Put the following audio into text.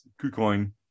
KuCoin